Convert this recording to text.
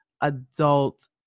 adult